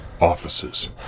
Offices